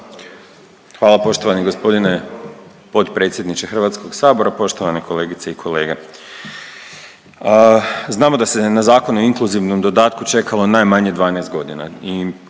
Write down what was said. Hvala poštovani g. potpredsjedniče HS-a. Poštovane kolegice i kolege. Znamo da se na Zakon o inkluzivnom dodatku čekalo najmanje 12 godina